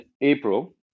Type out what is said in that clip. April